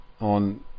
on